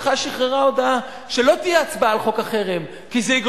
לשכתך שחררה הודעה שלא תהיה הצבעה על חוק החרם,